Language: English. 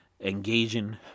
engaging